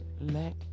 let